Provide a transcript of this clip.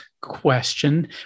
question